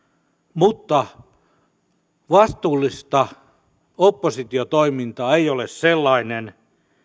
mutta vastuullista oppositiotoimintaa ei ole sellainen